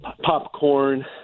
popcorn